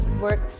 work